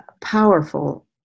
powerful